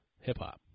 hip-hop